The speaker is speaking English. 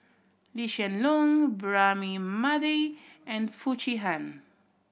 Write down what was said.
Lee Hsien Loong Braema Mathi and Foo Chee Han